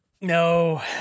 No